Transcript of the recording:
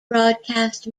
broadcast